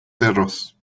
cerros